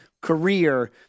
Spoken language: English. career